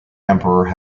emperor